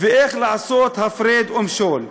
ואיך לעשות הפרד ומשול.